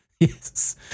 Yes